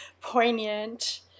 poignant